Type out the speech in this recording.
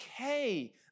okay